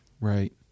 Right